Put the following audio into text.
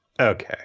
okay